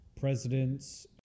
presidents